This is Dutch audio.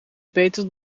beter